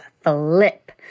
flip